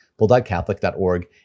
bulldogcatholic.org